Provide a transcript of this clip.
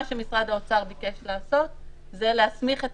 מה שמשרד האוצר ביקש לעשות זה להסמיך את